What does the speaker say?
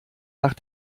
nach